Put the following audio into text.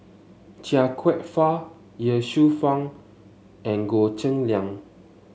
Chia Kwek Fah Ye Shufang and Goh Cheng Liang